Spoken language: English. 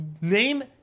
name